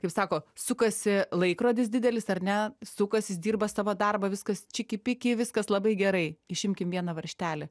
kaip sako sukasi laikrodis didelis ar ne sukas jis dirba savo darbą viskas čiki piki viskas labai gerai išimkim vieną varžtelį